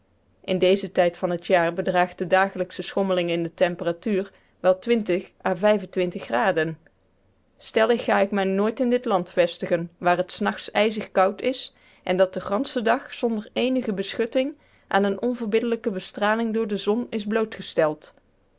in dezen tijd van het jaar bedraagt de dagelijksche schommeling in de temperatuur wel à graden stellig ga ik mij nooit in dit land vestigen waar het s nachts ijzig koud is en dat den ganschen dag zonder eenige beschutting aan een onverbiddelijke bestraling door de zon is blootgesteld